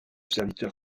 serviteur